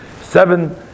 seven